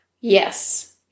Yes